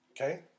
Okay